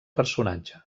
personatge